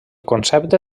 concepte